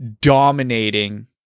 dominating